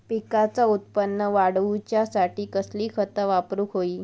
पिकाचा उत्पन वाढवूच्यासाठी कसली खता वापरूक होई?